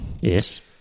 Yes